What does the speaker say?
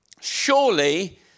surely